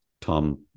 Tom